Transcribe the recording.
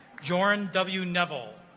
joran w neville